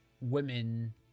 women